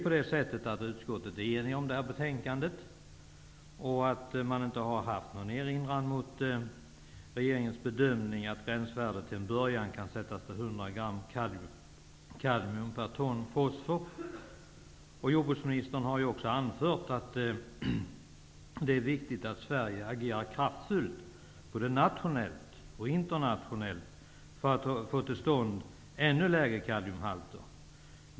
Utskottet är ju enigt om det här betänkandet, och man har inte haft någon erinran mot regeringens bedömning att gränsvärdet till en början skall sättas till 100 gram kadmium per ton fosfor. Jordbruksministern har ju också anfört att det är viktigt att Sverige agerar kraftfullt både nationellt och internationellt för att få till stånd ännu lägre kadmiumhalter.